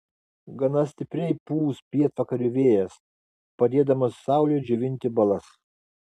gana stipriai pūs pietvakarių vėjas padėdamas saulei džiovinti balas